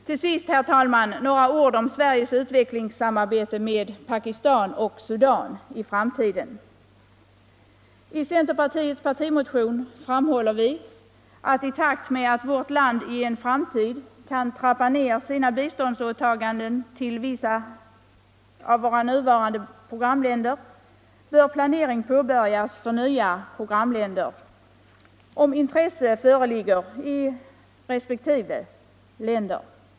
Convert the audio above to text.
Till sist, herr talman, några ord om Sveriges utvecklingssamarbete med Pakistan och Sudan i framtiden. I centerpartiets partimotion framhåller vi att i takt med att vårt land i en framtid kan trappa ned sina biståndsåtaganden till vissa av våra nuvarande programländer bör planering påbörjas för nya programländer, om intresse föreligger i resp. länder.